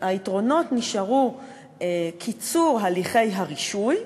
היתרונות נשארו קיצור הליכי הרישוי,